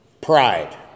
Pride